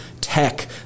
tech